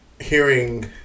hearing